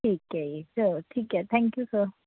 ਠੀਕ ਹੈ ਜੀ ਚਲੋ ਠੀਕ ਹੈ ਥੈਂਕ ਯੂ ਸਰ